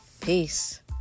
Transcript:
Peace